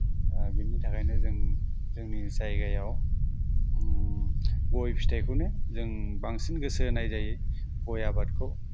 बिनि थाखायनो जों जोंनि जायगायाव गय फिथाइखौनो जों बांसिन गोसो होनाय जायो गय आबादखौ